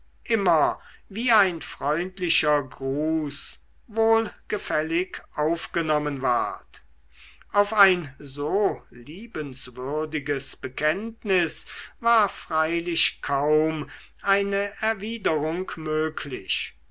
immer wie ein freundlicher gruß wohlgefällig aufgenommen ward auf ein so liebenswürdiges bekenntnis war freilich kaum eine erwiderung möglich